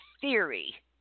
theory